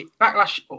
Backlash